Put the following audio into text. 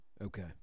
Okay